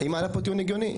היא מעלה פה טיעון הגיוני,